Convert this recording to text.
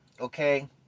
okay